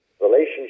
relationship